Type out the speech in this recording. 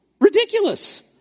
ridiculous